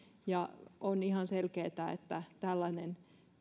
on ihan selkeätä että tällainen